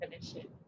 Definition